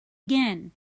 again